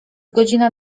godzina